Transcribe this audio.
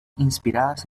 inspiradas